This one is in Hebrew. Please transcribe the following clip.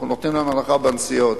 אנחנו נותנים להם הנחה בנסיעות,